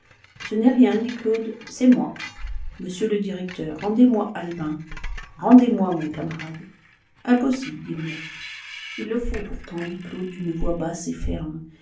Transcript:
ce n'est rien dit claude c'est moi monsieur le directeur rendez-moi albin rendez-moi mon camarade impossible dit le maître il le faut pourtant dit claude d'une voix basse et ferme